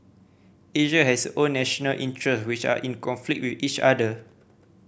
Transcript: Asia has own national interest which are in conflict with each other